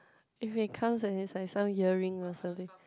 if it comes and it's like some earring or something